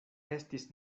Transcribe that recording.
estis